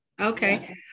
okay